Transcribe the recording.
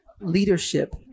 leadership